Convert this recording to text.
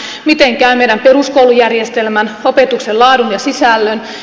miten käy meidän peruskoulujärjestelmän opetuksen laadun ja sisällön